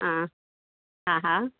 हा हा हा